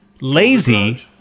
lazy